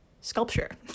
Sculpture